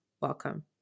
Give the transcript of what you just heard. welcome